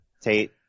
Tate